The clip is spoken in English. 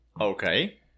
Okay